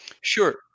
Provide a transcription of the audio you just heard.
Sure